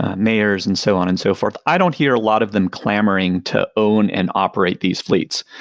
mayors, and so on and so forth. i don't hear a lot of them clamoring to own and operate these fleets.